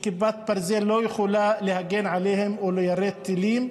וכיפת ברזל לא יכולה להגן עליהם וליירט טילים.